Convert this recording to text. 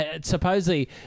Supposedly